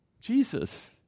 Jesus